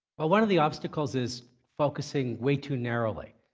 well, one of the obstacles is focusing way too narrowly.